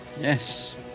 yes